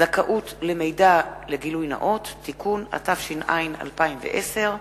(זכאות למידע וגילוי נאות) (תיקון), התש"ע 2010,